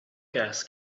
gas